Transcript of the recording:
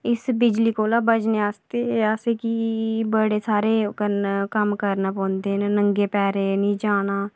इस बिजली कोला बचने आस्तै असें गी बड़े सारे कम्म करने पौंदे न नंगे पैरें नेईं जाना